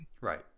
Right